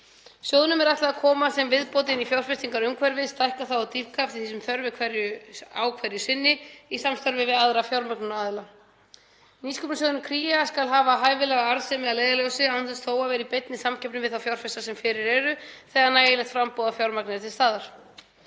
Sjóðnum er ætlað að koma sem viðbót inn í fjárfestingarumhverfið, stækka það og dýpka eftir því sem þörf er á hverju sinni í samstarfi við aðra fjármögnunaraðila. Nýsköpunarsjóðurinn Kría skal hafa hæfilega arðsemi að leiðarljósi án þess þó að vera í beinni samkeppni við þá fjárfesta sem fyrir eru þegar nægilegt framboð af fjármagni er til staðar.